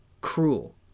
cruel